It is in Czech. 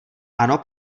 ano